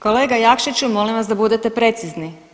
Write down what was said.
Kolega Jakšiću molim vas da budete precizni.